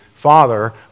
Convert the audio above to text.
father